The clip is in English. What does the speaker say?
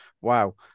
wow